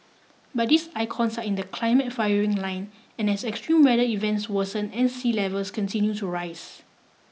but these icons are in the climate firing line as extreme weather events worsen and sea levels continue to rise